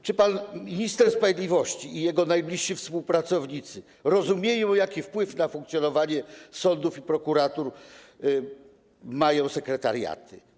Czy pan minister sprawiedliwości i jego najbliżsi współpracownicy rozumieją, jaki wpływ na funkcjonowanie sądów i prokuratur mają sekretariaty?